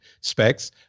specs